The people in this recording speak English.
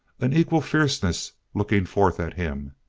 an equal fierceness looking forth at him.